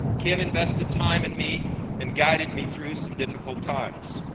ken invested time in me and guided me through some difficult times.